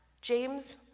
James